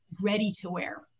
ready-to-wear